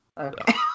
okay